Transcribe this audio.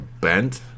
bent